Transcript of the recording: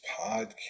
podcast